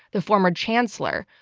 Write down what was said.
the former chancellor,